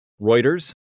Reuters